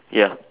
ya